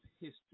history